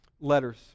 letters